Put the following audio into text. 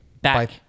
back